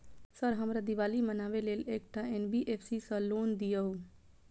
Sir हमरा दिवाली मनावे लेल एकटा एन.बी.एफ.सी सऽ लोन दिअउ?